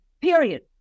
period